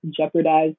jeopardize